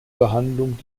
behandlung